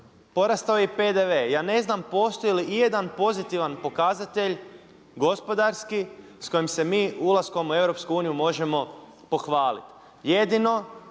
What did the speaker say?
Porastao je i PDV. Ja ne znam postoji li ijedan pozitivan pokazatelj gospodarski s kojim se mi ulaskom u EU možemo pohvaliti. Jedino